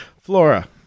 Flora